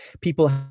people